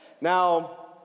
Now